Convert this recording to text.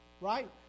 right